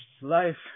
Life